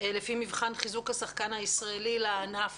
לפי מבחן חיזוק השחקן הישראלי לענף